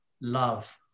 love